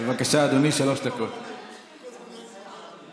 אינו נוכח, חבר הכנסת אלכס קושניר,